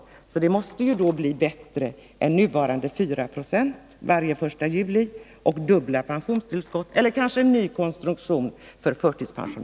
Standardsäkringen måste följaktligen komma att bli bättre än nuvarande 490 varje 1 juli, och förtidspensionärerna får dubbla pensionstillskott, alternativt en ny konstruktion.